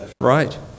right